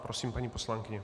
Prosím, paní poslankyně.